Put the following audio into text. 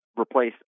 replace